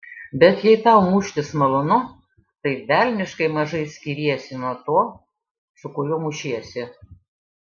bet jei tau muštis malonu tai velniškai mažai skiriesi nuo to su kuriuo mušiesi